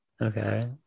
Okay